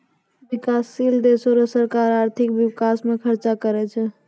बिकाससील देसो रो सरकार आर्थिक बिकास म खर्च करै छै